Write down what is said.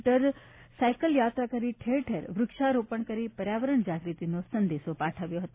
મી અને સાઇકલયાત્રા કરી ઠેરઠેર વ્રક્ષારોપણ કરી પર્યાવરણ જાગ્રતિનો સંદેશ પાઠવ્યો હતો